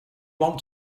want